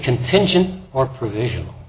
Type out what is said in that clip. contingent or provision